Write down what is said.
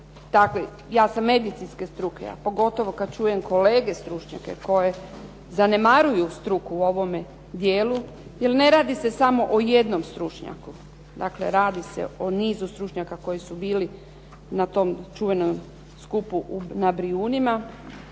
ja sam medicinske struke, a pogotovo kad čujem kolege stručnjake koje zanemaruju struku u ovome dijelu. Jer ne radi se samo o jednom stručnjaku, dakle radi se o nizu stručnjaka koji su bili na tom čuvenom skupu na Brijunima